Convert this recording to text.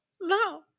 No